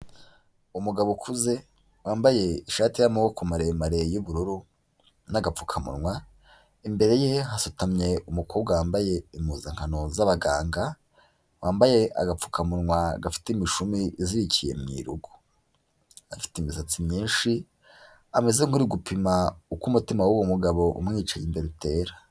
Umugabo ukuze wambaye ishati y'amaboko maremare y'ubururu n'agapfukamunwa, imbere ye hasutamye umukobwa wambaye impuzankano z'abaganga, wambaye agapfukamunwa gafite imishumi izikiye mu irugu, afite imisatsi myinshi, ameze nk'uri gupima uko umutima w'uwo mugabo umwica imbeba utera.